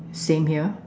same here